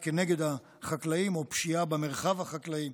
כנגד החקלאים" או "פשיעה במרחב החקלאי".